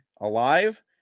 alive